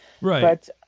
Right